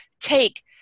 take